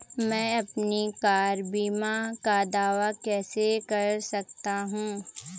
मैं अपनी कार बीमा का दावा कैसे कर सकता हूं?